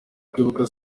kwibuka